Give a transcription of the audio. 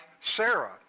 Sarah